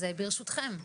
אז ברשותכם,